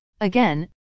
Again